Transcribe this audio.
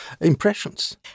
impressions